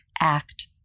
act